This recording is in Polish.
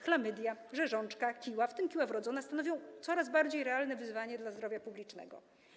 Chlamydia, rzeżączka, kiła, w tym kiła wrodzona, stanowią coraz bardziej realne wyzwanie dla zdrowia publicznego.